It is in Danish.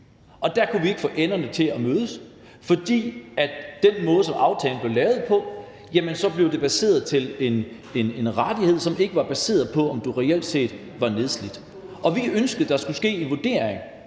Der kunne vi ikke få enderne til at mødes, for med den måde, aftalen blev lavet på, blev det en rettighed, som ikke var baseret på, om du reelt set var nedslidt, og vi ønskede, at der skulle ske en vurdering,